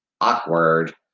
awkward